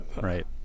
right